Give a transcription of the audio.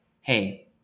hey